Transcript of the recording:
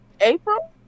april